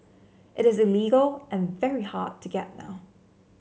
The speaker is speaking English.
it is illegal and very hard to get now